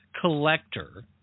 collector